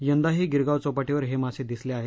यंदाही गिरगाव चौपाटीवर हे मासे दिसले आहेत